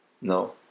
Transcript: no